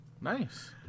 Nice